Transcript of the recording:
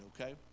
okay